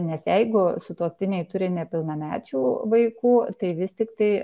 nes jeigu sutuoktiniai turi nepilnamečių vaikų tai vis tiktai